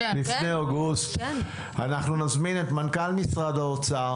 אנחנו נזמין את מנכ"ל משרד האוצר.